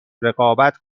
رقابت